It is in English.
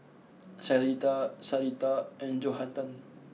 Syreeta Sarita and Johathan